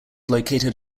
located